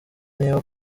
niba